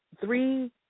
three